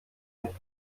nicht